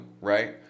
right